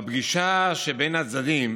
בפגישה שבין הצדדים